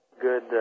good